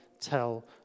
tell